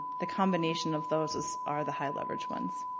the combination of those are the high leverage ones.